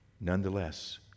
Nonetheless